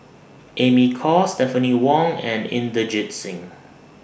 Amy Khor Stephanie Wong and Inderjit Singh